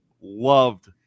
loved